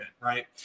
right